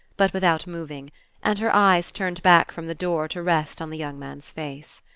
but without moving and her eyes turned back from the door to rest on the young man's face.